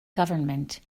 government